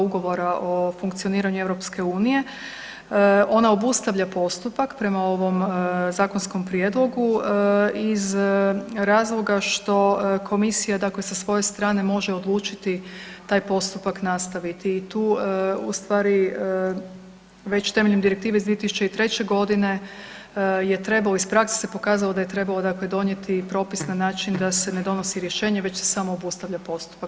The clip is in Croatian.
Ugovora o funkcioniranju EU, ona obustavlja postupak prema ovom zakonskom prijedlogu iz razloga što komisija dakle sa svoje strane može odlučiti taj postupak nastaviti i tu u stvari već temeljem Direktive iz 2003.g. je trebao, iz prakse se pokazalo da je trebalo dakle donijeti propis na način da se ne donosi rješenje već se samo obustavlja postupak.